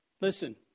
Listen